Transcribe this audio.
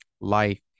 Life